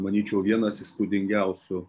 manyčiau vienas įspūdingiausių